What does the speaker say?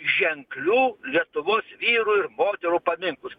ženklių lietuvos vyrų ir moterų paminklus